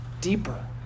deeper